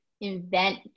invent